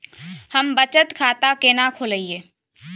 हम बचत खाता केना खोलइयै?